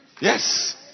Yes